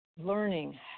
learning